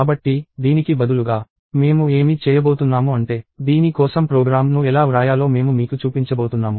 కాబట్టి దీనికి బదులుగా మేము ఏమి చేయబోతున్నాము అంటే దీని కోసం ప్రోగ్రామ్ను ఎలా వ్రాయాలో మేము మీకు చూపించబోతున్నాము